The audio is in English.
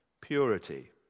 Purity